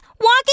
walking